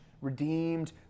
redeemed